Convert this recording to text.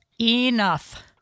enough